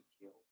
killed